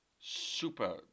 super